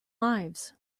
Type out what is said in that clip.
lives